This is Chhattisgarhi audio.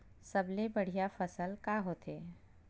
सबले बढ़िया फसल का होथे?